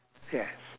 yes